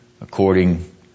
according